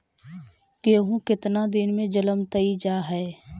गेहूं केतना दिन में जलमतइ जा है?